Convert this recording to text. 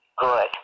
good